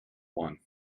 one